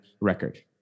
record